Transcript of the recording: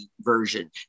version